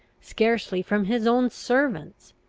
scarcely from his own servants.